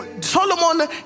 Solomon